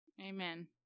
Amen